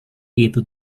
itu